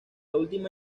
última